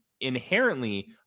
inherently